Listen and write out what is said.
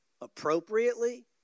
appropriately